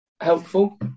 helpful